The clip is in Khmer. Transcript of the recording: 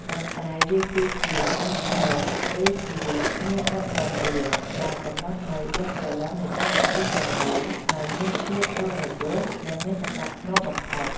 ប៉ុន្តែវាគឺជា «ឆ្អឹងខ្នង» ឬជា «អ្នកដឹកនាំរឿង» ដែលកំណត់នូវដួងព្រលឹងនៃកម្មវិធីទាំងមូលឱ្យមានភាពរស់រវើក និងមានសណ្តាប់ធ្នាប់បំផុត។